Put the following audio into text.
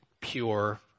pure